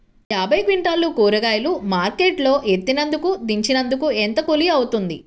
యాభై క్వింటాలు కూరగాయలు మార్కెట్ లో ఎత్తినందుకు, దించినందుకు ఏంత కూలి అవుతుంది?